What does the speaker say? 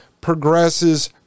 progresses